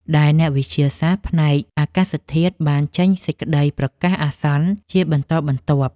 ដែលអ្នកវិទ្យាសាស្ត្រផ្នែកអាកាសធាតុបានចេញសេចក្តីប្រកាសអាសន្នជាបន្តបន្ទាប់។